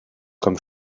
comme